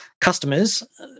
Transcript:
customers